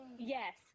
Yes